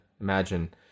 imagine